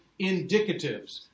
indicatives